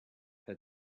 had